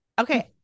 Okay